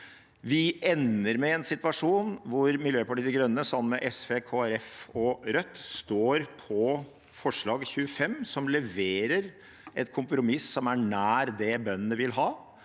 Vi ender med en situasjon hvor Miljøpartiet De Grønne sammen med SV, Kristelig Folkeparti og Rødt står på forslag nr. 25, som leverer et kompromiss som er nær det bøndene vil ha.